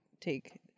take